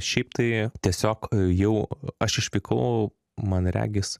šiaip tai tiesiog jau aš išvykau man regis